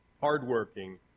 hardworking